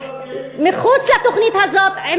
מחוץ לתוכנית הזאת,